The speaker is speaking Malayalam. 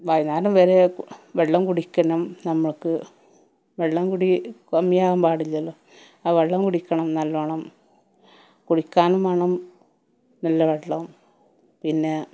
വൈകുന്നേരം വരെ വെള്ളം കുടിക്കണം നമ്മൾക്ക് വെള്ളം കുടി കമ്മിയാവാൻ പാടില്ലല്ലോ ആ വെള്ളം കുടിക്കണം നല്ലോണം കുളിക്കാനും വേണം നല്ല വെള്ളം പിന്നെ